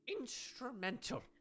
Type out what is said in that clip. instrumental